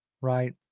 Right